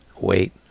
Wait